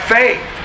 faith